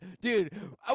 dude